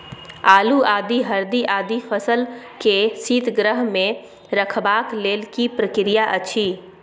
आलू, आदि, हरदी आदि फसल के शीतगृह मे रखबाक लेल की प्रक्रिया अछि?